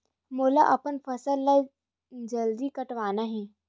मोला अपन फसल ला जल्दी कटवाना हे?